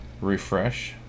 refresh